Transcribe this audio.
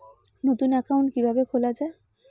নতুন একাউন্ট কিভাবে খোলা য়ায়?